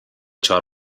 چهار